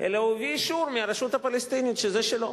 אלא הביא אישור מהרשות הפלסטינית שזה שלו.